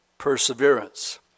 perseverance